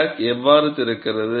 crack எவ்வாறு திறக்கிறது